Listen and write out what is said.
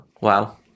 Wow